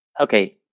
Okay